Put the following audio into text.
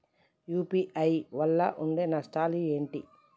UPI వల్ల ఉండే నష్టాలు ఏంటి??